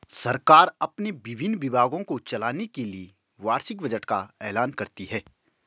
सरकार अपने विभिन्न विभागों को चलाने के लिए वार्षिक बजट का ऐलान करती है